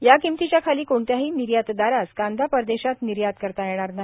या किंमतीच्या खाली कोणत्याही निर्यातदारास कांदा परदेशात निर्यात करता येणार नाही